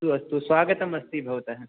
अस्तु अस्तु स्वागतं अस्ति भवतः